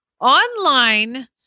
online